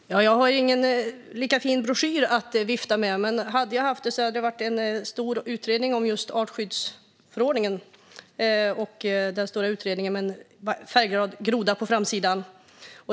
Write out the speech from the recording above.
Fru talman! Jag har ingen lika fin broschyr att vifta med, men hade jag haft det hade det varit den stora utredning om just artskyddsförordningen som har en färgglad groda på framsidan.